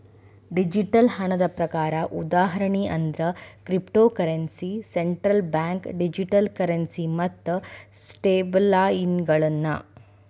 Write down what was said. digital ಹಣದ ಪ್ರಕಾರ ಉದಾಹರಣಿ ಅಂದ್ರ cryptocurrency, central bank digital currency ಮತ್ತ ಸ್ಟೇಬಲ್ಕಾಯಿನ್ಗಳ